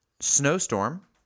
Snowstorm